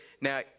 now